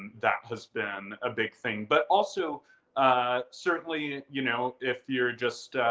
that has been a big thing, but also ah certainly, you know if you're just